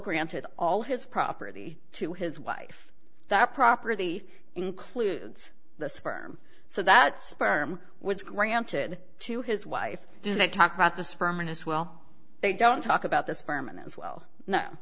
granted all his property to his wife that property includes the sperm so that sperm was granted to his wife do they talk about the sperm and as well they don't talk about this permanence well no